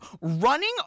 running